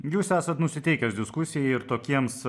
jūs esat nusiteikęs diskusijai ir tokiems